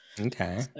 Okay